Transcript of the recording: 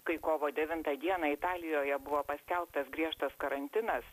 kai kovo devintą dieną italijoje buvo paskelbtas griežtas karantinas